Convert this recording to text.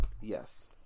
Yes